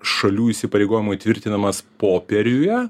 šalių įsipareigojimų įtvirtinamas popieriuje